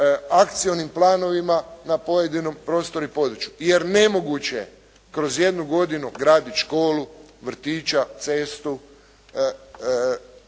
akcionim planovima na pojedinom prostoru i području, jer nemoguće je kroz jednu godinu graditi školu, vrtiće, cestu,